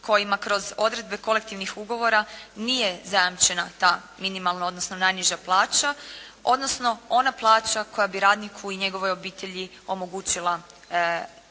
kojima kroz odredbe kolektivnih ugovora nije zajamčena ta minimalna odnosno najniža plaća odnosno ona plaća koja bi radniku i njegovoj obitelji omogućila dostojan